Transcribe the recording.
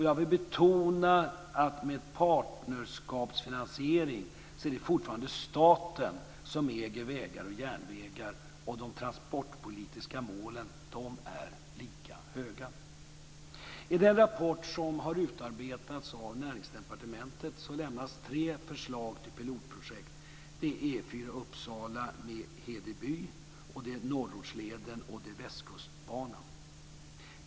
Jag vill betona att med partnerskapsfinansiering är det fortfarande staten som äger vägar och järnvägar, och de transportpolitiska målen är lika höga. I den rapport som har utarbetats av Näringsdepartementet lämnas tre förslag till pilotprojekt. Det är E 4 Uppsala-Hedeby, det är norrortsleden och det är västkustbanan.